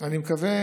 אני מקווה